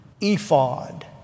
ephod